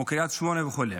כמו קריית שמונה וכו'.